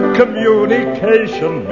communication